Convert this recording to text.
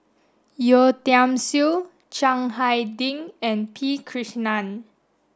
Yeo Tiam Siew Chiang Hai Ding and P Krishnan